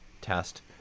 test